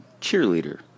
cheerleader